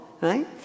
right